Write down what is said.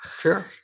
Sure